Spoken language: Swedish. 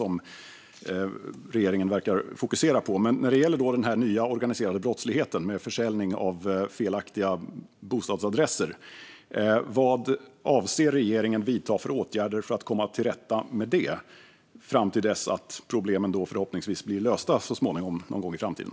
Men när det gäller den nya organiserade brottsligheten med försäljning av felaktiga bostadsadresser, vad avser regeringen att vidta för åtgärder för att komma till rätta med den, fram tills att problemen förhoppningsvis blir lösta någon gång i framtiden?